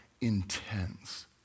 Intense